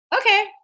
Okay